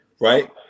right